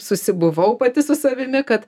susibuvau pati su savimi kad